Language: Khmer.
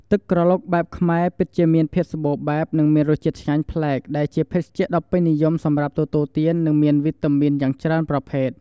ទឹកក្រឡុកបែបខ្មែរ ពិតជាមានភាពសម្បូរបែប និងមានរសជាតិឆ្ងាញ់ប្លែក ដែលជាភេសជ្ជៈដ៏ពេញនិយមសម្រាប់ទទួលទាន និងមានវីតាមីនយ៉ាងច្រើនប្រភេទ។